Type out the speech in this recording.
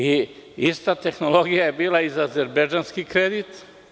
Ista tehnologija je bila i za azerbejdžanski kredit.